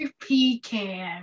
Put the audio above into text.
pecan